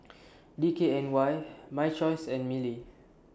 D K N Y My Choice and Mili